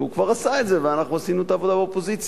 הוא כבר עשה את זה ואנחנו עשינו את העבודה באופוזיציה,